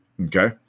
Okay